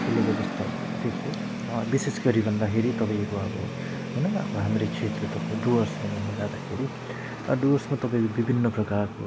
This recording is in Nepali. खेलेको जस्तो देख्यो विशेष गरी भन्दाखेरि तपाईँको अब होइन अब हाम्रो क्षेत्रको डुवर्स भन्नजाँदाखेरि डुवर्समा तपाईँको विभिन्न प्रकारको